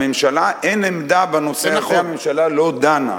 לממשלה אין עמדה בנושא הזה, הממשלה לא דנה.